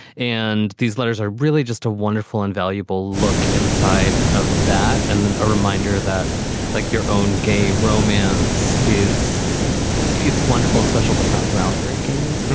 and these letters are really just a wonderful and valuable look inside of that. and then a reminder that like your own gay romance is it's wonderful and special, but not groundbreaking,